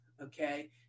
okay